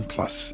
Plus